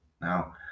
Now